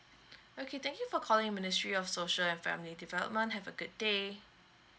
okay thank you for calling ministry of social and family development have a good day